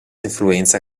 influenza